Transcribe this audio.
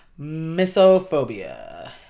Misophobia